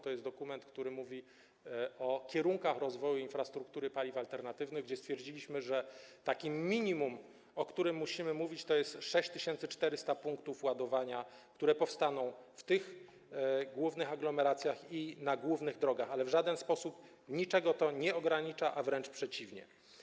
To jest dokument, który mówi o kierunkach rozwoju infrastruktury paliw alternatywnych, gdzie stwierdziliśmy, że takim minimum, o którym musimy mówić, jest 6400 punktów ładowania, które powstaną w tych głównych aglomeracjach i na głównych drogach, ale w żaden sposób niczego to nie ogranicza, a wręcz przeciwnie.